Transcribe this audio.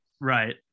right